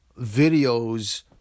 videos